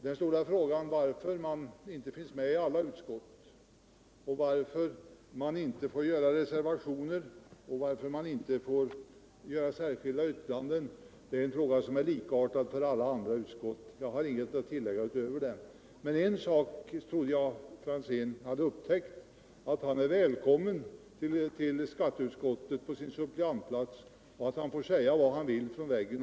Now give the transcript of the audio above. Det stora spörsmålet varför man inte finns med i alla utskott, varför man inte får göra reservationer och särskilda yttranden gäller också för alla andra utskott. Jag har inget särskilt att tillägga, men jag trodde att herr Franzén upptäckt en sak, nämligen alt han på sin suppleantplats är välkommen till utskottet.